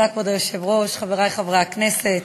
כבוד היושב-ראש, חברי חברי הכנסת,